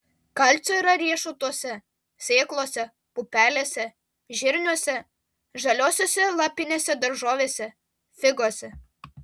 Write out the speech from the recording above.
kalcio yra riešutuose sėklose pupelėse žirniuose žaliosiose lapinėse daržovėse figose